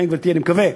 לכן, גברתי, אני מקווה,